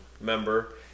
member